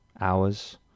hours